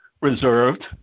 reserved